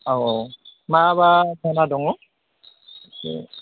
औ औ माबा जाना दङ एसे